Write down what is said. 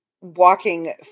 walking